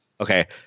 Okay